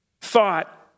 thought